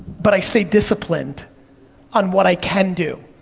but i stay disciplined on what i can do.